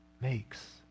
makes